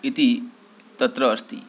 इति तत्र अस्ति